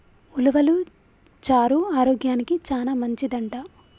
ఉలవలు చారు ఆరోగ్యానికి చానా మంచిదంట